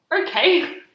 okay